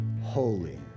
holy